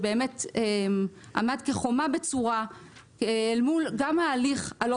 שבאמת עמד כחומה בצורה גם אל מול ההליך הלא